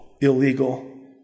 illegal